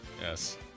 Yes